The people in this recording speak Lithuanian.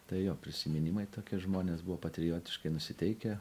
tai jo prisiminimai tokie žmonės buvo patriotiškai nusiteikę